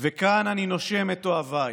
כאן אני נושם את אוהביי".